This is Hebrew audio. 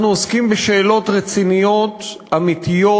אנחנו עוסקים בשאלות רציניות, אמיתיות,